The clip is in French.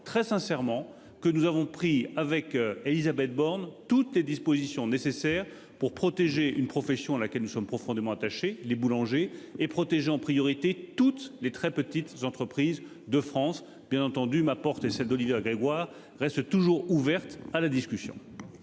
très sincèrement que nous avons pris avec Élisabeth Borne toutes les dispositions nécessaires pour protéger une profession à laquelle nous sommes profondément attachés, les boulangers et protégeant priorité toutes les très petites entreprises de France bien entendu, ma porte est celle d'Olivia Grégoire reste toujours ouverte à la discussion.